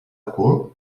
ocult